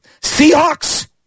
Seahawks